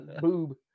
boob